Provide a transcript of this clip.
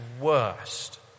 worst